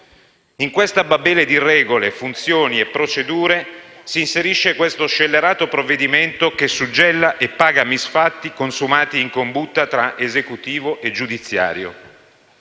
In questa Babele di regole, funzioni e procedure si inserisce questo scellerato provvedimento, che suggella e paga misfatti consumati in combutta tra Esecutivo e potere giudiziario.